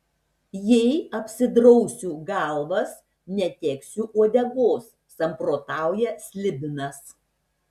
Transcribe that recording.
jei apsidrausiu galvas neteksiu uodegos samprotauja slibinas